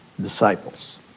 disciples